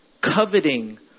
Coveting